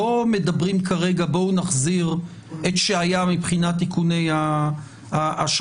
לא מדברים כרגע להחזיר את שהיה מבחינת איכוני השב"כ.